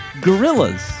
gorillas